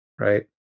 right